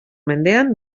mendean